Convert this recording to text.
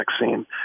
vaccine